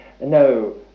no